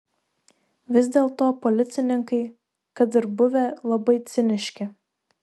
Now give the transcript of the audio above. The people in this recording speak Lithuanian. vis dėlto policininkai kad ir buvę labai ciniški